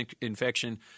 infection